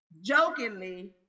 Jokingly